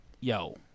yo